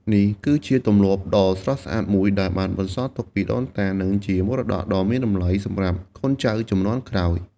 នេះគឺជាទម្លាប់ដ៏ស្រស់ស្អាតមួយ ដែលបានបន្សល់ទុកពីដូនតា និងជាមរតកដ៏មានតម្លៃសម្រាប់កូនចៅជំនាន់ក្រោយ។